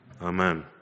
Amen